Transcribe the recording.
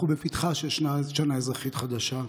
אנחנו בפתחה של שנה אזרחית חדשה.